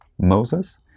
Moses